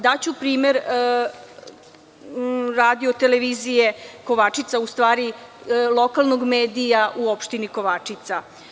Daću primer Radio-televizije „Kovačica“, u stvari lokalnog medija u opštini Kovačica.